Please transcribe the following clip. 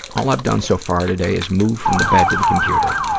all i've done so far today is move from the bed to the computer.